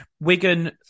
Wigan